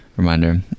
reminder